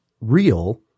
real –